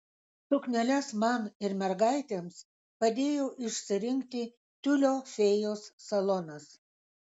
sukneles man ir mergaitėms padėjo išsirinkti tiulio fėjos salonas